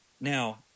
now